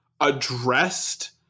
addressed